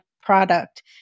product